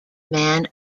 man